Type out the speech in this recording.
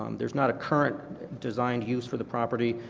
um there is not a current design used for the property.